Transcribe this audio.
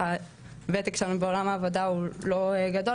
שהוותק שלנו בעולם העבודה הוא לא רחב,